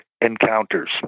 encounters